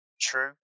True